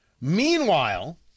Meanwhile